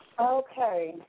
Okay